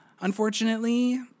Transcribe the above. unfortunately